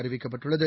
அறிவிக்கப்பட்டுள்ளது